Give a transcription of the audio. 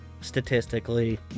statistically